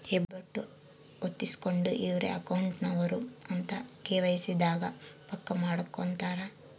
ಹೆಬ್ಬೆಟ್ಟು ಹೊತ್ತಿಸ್ಕೆಂಡು ಇವ್ರೆ ಅಕೌಂಟ್ ನವರು ಅಂತ ಕೆ.ವೈ.ಸಿ ದಾಗ ಪಕ್ಕ ಮಾಡ್ಕೊತರ